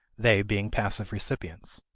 they being passive recipients.